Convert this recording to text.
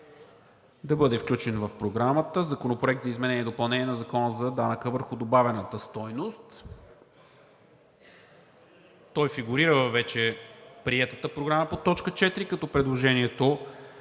да бъде включен в Програмата Законопроект за изменение и допълнение на Закона на данък върху добавената стойност. Той фигурира във вече приетата програма под точка четири като предложение